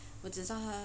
我只知道他